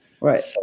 Right